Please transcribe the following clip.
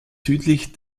südlich